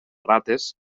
rates